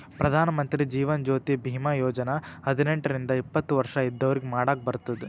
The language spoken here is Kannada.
ಪ್ರಧಾನ್ ಮಂತ್ರಿ ಜೀವನ್ ಜ್ಯೋತಿ ಭೀಮಾ ಯೋಜನಾ ಹದಿನೆಂಟ ರಿಂದ ಎಪ್ಪತ್ತ ವರ್ಷ ಇದ್ದವ್ರಿಗಿ ಮಾಡಾಕ್ ಬರ್ತುದ್